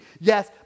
Yes